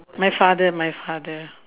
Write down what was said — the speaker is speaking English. my father my father